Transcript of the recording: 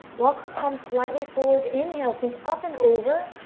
walk the palms slightly forward. inhale. think up and over.